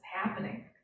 happening